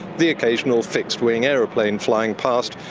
the occasional fixed-wing aeroplane flying past,